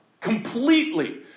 completely